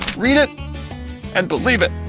read it and believe it!